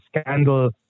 scandal